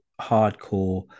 hardcore